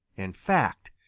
in fact,